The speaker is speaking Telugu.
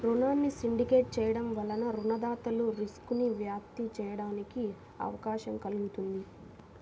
రుణాన్ని సిండికేట్ చేయడం వలన రుణదాతలు రిస్క్ను వ్యాప్తి చేయడానికి అవకాశం కల్గుతుంది